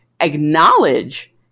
acknowledge